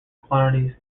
quantities